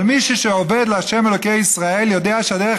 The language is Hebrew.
אבל מי שעובד להשם אלוקי ישראל יודע שהדרך